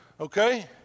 Okay